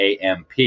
AMP